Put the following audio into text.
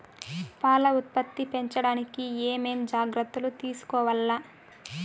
పాల ఉత్పత్తి పెంచడానికి ఏమేం జాగ్రత్తలు తీసుకోవల్ల?